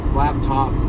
laptop